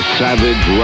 savage